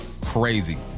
Crazy